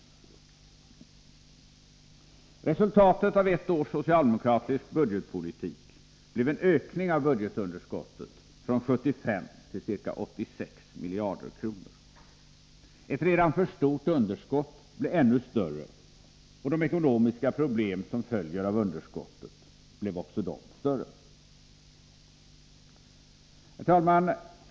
Resultatet av ett års socialdemokratisk budgetpolitik blev en ökning av budgetunderskottet från 75 till ca 86 miljarder kronor. Ett redan för stort underskott blev ännu större, och de ekonomiska problem som följer av underskottet blev också de större. Herr talman!